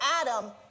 Adam